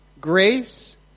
grace